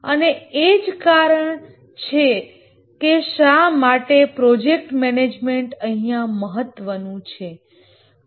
અને એ જ કારણ છે કે શા માટે પ્રોજેક્ટ મેનેજમેન્ટ અહીંયા મહત્વનું છે